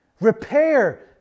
Repair